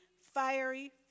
fiery